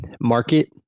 market